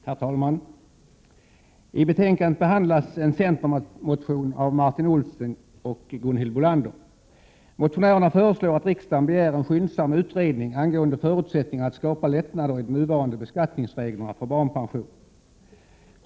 Herr talman! I betänkandet behandlas en centermotion av Martin Olsson och Gunhild Bolander. Motionärerna föreslår att riksdagen begär en skyndsam utredning angående förutsättningarna att skapa lättnader i de nuvarande beskattningsreglerna för barnpension.